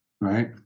right